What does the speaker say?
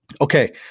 Okay